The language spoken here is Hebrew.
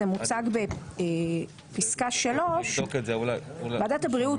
זה מוצג בפסקה 3. ועדת הבריאות,